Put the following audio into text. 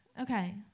Okay